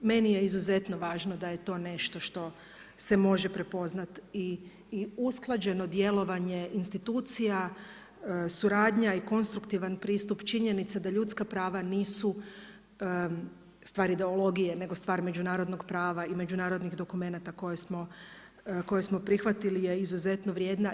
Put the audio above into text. Meni je izuzetno važno da je to nešto što se može prepoznati i usklađeno djelovanje institucija, suradnja i konstruktivan pristup činjenici da ljudska prava nisu stvar ideologije nego stvar međunarodnog prava i međunarodnih dokumenata koje smo prihvatili je izuzetno vrijedna.